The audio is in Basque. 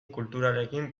kulturarekin